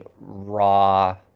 raw